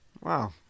Wow